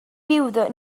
viuda